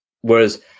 whereas